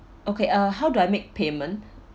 okay uh how do I make payment